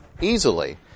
easily